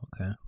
Okay